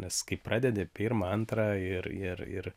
nes kai pradedi pirmą antrą ir ir ir